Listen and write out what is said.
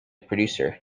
producer